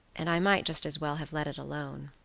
and i might just as well have let it alone.